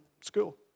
school